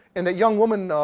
and the young woman,